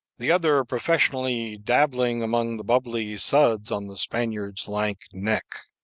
the other professionally dabbling among the bubbling suds on the spaniard's lank neck.